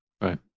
Right